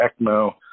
ECMO